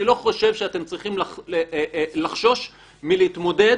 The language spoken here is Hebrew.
אני לא חושב שאתם צריכים לחשוש מלהתמודד